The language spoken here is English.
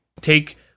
take